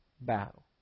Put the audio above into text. battle